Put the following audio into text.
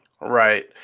Right